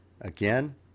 Again